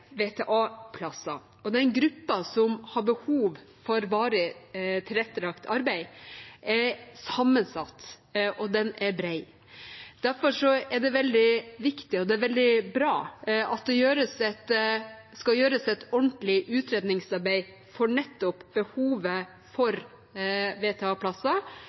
og den gruppen som har behov for varig tilrettelagt arbeid, er sammensatt og bred. Derfor er det veldig viktig, og det er veldig bra, at det skal gjøres et ordentlig utredningsarbeid nettopp om behovet for